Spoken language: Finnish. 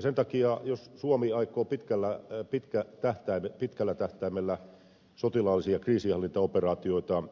sen takia jos suomi aikoo pitkällä tähtäimellä sotilaallisissa kriisinhallintaoperaatioissa